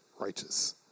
righteous